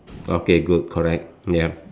okay good correct ya